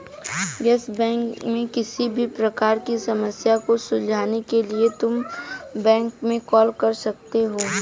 yes Bank में किसी भी प्रकार की समस्या को सुलझाने के लिए तुम बैंक में कॉल कर सकते हो